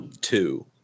two